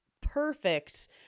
perfect